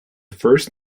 first